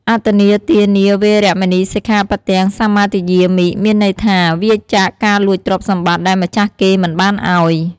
អទិន្នាទានា វេរមណី សិក្ខាបទំ សមាទិយាមិ មានន័យថា វៀរចាកការលួចទ្រព្យសម្បត្តិដែលម្ចាស់គេមិនបានឲ្យ។